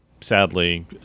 sadly